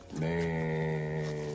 Man